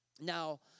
Now